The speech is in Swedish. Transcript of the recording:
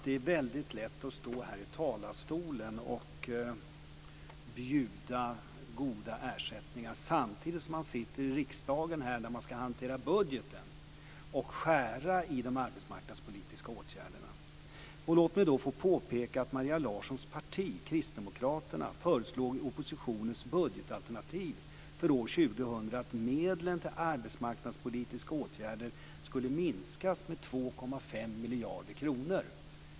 Det är väldigt lätt att stå här i talarstolen och erbjuda goda ersättningar, samtidigt som man sitter i riksdagen och ska hantera budgeten och skära i de arbetsmarknadspolitiska åtgärderna. Låt mig då få påpeka att Maria Larssons parti Kristdemokraterna föreslog i oppositionens budgetalternativ för år 2000 Jag ska försöka vara mjuk och len i rösten - inte bitsk, vilket jag inte är.